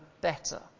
better